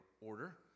order